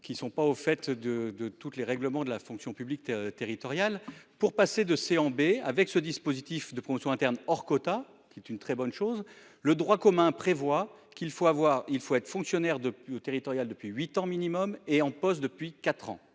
qui sont pas au fait de de toutes les règlements de la fonction publique territoriale, pour passer de CMB avec ce dispositif de promotion interne hors quota qui est une très bonne chose. Le droit commun prévoit qu'il faut avoir il faut être fonctionnaire depuis territoriales depuis 8 ans minimum et en poste depuis 4 ans.